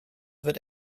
wird